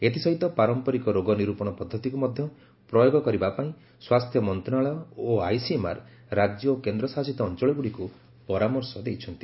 ଏଥିସହିତ ପାରମ୍ପରିକ ରୋଗ ନିର୍ ପଣ୍ଧତିକୁ ମଧ୍ୟ ପ୍ରୟୋଗ କରିବା ପାଇଁ ସ୍ୱାସ୍ଥ୍ୟ ମନ୍ତ୍ରଣାଳୟ ଓ ଆଇସିଏମ୍ଆର୍ ରାଜ୍ୟ ଓ କେନ୍ଦ୍ରଶାସିତ ଅଞ୍ଚଳଗୁଡ଼ିକୁ ପରାମର୍ଶ ଦେଇଛନ୍ତି